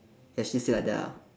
ya she say like that ah